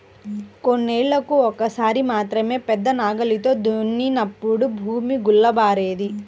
కొన్నేళ్ళకు ఒక్కసారి మాత్రమే పెద్ద నాగలితో దున్నినప్పుడు భూమి గుల్లబారేది